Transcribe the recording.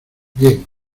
bien